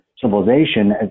civilization